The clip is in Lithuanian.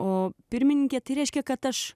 o pirmininkė tai reiškia kad aš